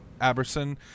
Aberson